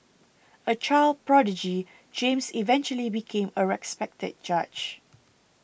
a child prodigy James eventually became a respected judge